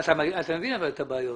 אבל אתה מבין את הבעיות.